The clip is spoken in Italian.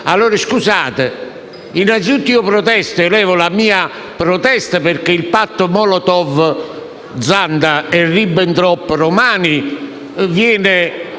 Allora, scusate, innanzitutto elevo la mia protesta perché il patto Molotov‑Zanda e Ribbentrop‑Romani viene